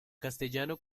castellano